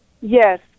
Yes